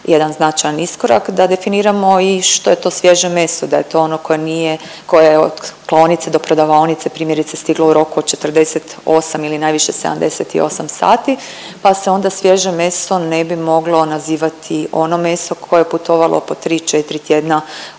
jedan značajan iskorak da definiramo i što je to svježe meso, da je to ono koje nije, koje je od klaonice do prodavaonice primjerice stiglo u roku od 48 ili najviše 78 sati pa se onda svježe meso ne bi moglo nazivati ono meso koje je putovalo po 3-4 tjedna